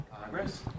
Congress